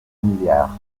milliards